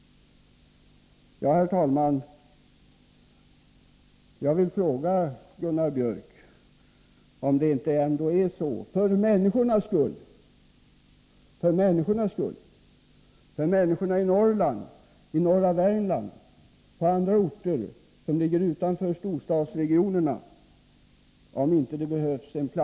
Herr talman! Jag vill fråga Gunnar Biörck om det ändå inte behövs en planering av hälsooch sjukvården för människornas skull — för människorna i Norrland, i norra Värmland och över huvud taget på orter som ligger utanför storstadsregionerna.